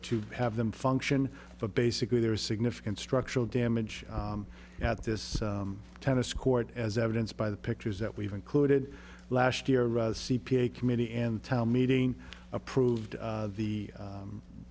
to have them function but basically there is significant structural damage at this tennis court as evidence by the pictures that we've included last year a c p a committee and town meeting approved the